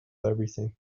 everything